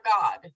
god